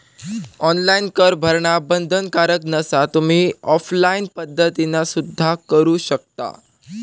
online कर भरणा बंधनकारक नसा, तुम्ही ऑफलाइन पद्धतीना सुद्धा करू शकता